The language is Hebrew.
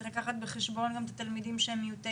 צריך לקחת בחשבון גם את התלמידים שהם מעוטי